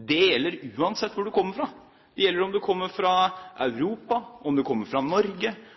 Det gjelder uansett hvor du kommer fra. Det gjelder om du kommer fra